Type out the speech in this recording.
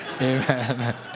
Amen